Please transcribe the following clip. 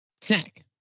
Snack